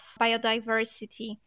biodiversity